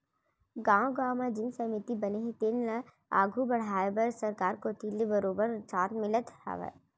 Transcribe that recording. गाँव गाँव म जेन समिति बने हे तेन ल आघू बड़हाय बर सरकार कोती ले बरोबर साथ मिलत हावय